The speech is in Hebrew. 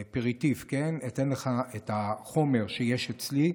אפריטיף, את החומר שיש אצלי.